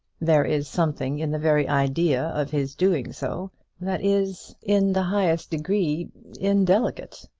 there is something in the very idea of his doing so that is in the highest degree indelicate.